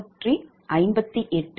669MW Pg2373